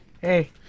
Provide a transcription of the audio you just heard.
Hey